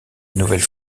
nouvelles